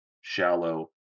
shallow